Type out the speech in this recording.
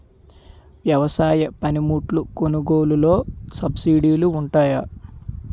వ్యవసాయ పనిముట్లు కొనుగోలు లొ సబ్సిడీ లు వుంటాయా?